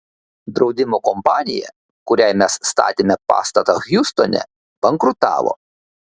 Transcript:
draudimo kompanija kuriai mes statėme pastatą hjustone bankrutavo